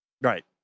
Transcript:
right